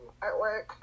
artwork